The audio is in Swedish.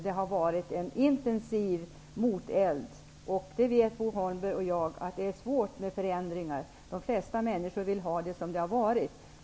Det har varit en intensiv moteld. Bo Holmberg och jag vet att det är svårt att genomföra förändringar. De flesta människor vill ha det som det alltid har varit.